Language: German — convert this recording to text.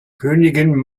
königin